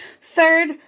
Third